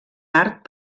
art